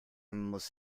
muss